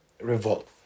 revolt